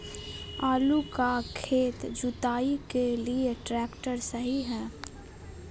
आलू का खेत जुताई के लिए ट्रैक्टर सही है?